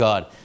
God